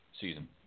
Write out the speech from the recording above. season